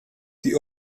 die